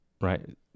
right